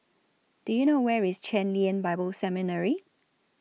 Do YOU know Where IS Chen Lien Bible Seminary